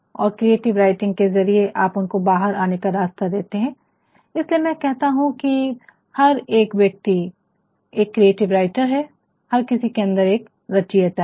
और creative writing के जरिए आप उनको एक बाहर आने का रास्ता देते हैं इसीलिए मैं कहता हूं की हर एक व्यक्ति एक क्रिएटिव राइटर है हर किसी व्यक्ति के अंदर एक रचयिता है